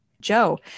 joe